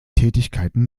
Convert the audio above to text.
tätigkeiten